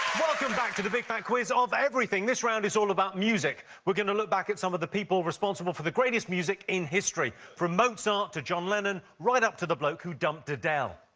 welcome back to the big fat quiz of everything. this round is all about music. we'll look back at some of the people responsible for the greatest music in history, from mozart to john lennon, right up to the bloke who dumped adele.